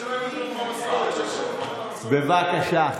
הייתי, בבקשה.